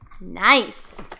Nice